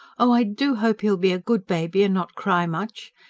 oh, i do hope he will be a good baby and not cry much.